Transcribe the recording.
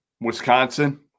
Wisconsin